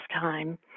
time